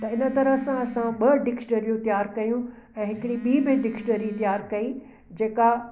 त हिन तरह सां असां ॿ डिक्शनरियूं तयार कयूं ऐं हिकिड़ी ॿीं बि डिक्शनरी तयार कई जे का